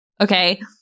okay